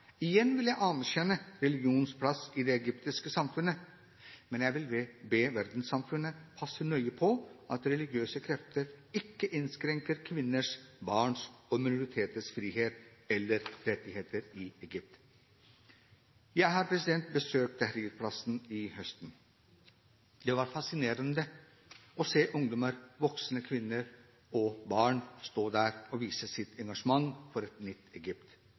Igjen vil jeg anerkjenne religionens plass i det egyptiske samfunnet, men jeg vil be verdenssamfunnet passe nøye på at religiøse krefter ikke innskrenker kvinners, barns og minoriteters frihet eller rettigheter i Egypt. Jeg har besøkt Tahrir-plassen i høst. Det var fascinerende å se ungdommer, voksne, kvinner og barn stå der og vise sitt engasjement for et nytt Egypt